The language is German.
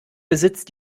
besitzt